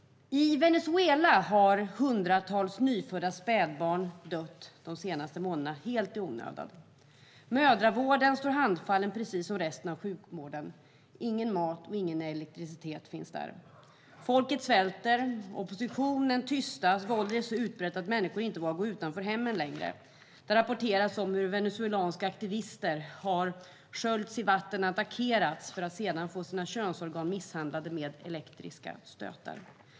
I Venezuela har hundratals nyfödda spädbarn dött helt i onödan de senaste månaderna. Mödravården står handfallen precis som resten av sjukvården. Det finns ingen mat och ingen elektricitet där. Folket svälter, oppositionen tystas och våldet är så utbrett att människor inte vågar gå utanför hemmen längre. Det rapporteras om hur venezuelanska aktivister har sköljts i vatten och attackerats för att sedan få sina könsorgan misshandlade med elektriska stötar.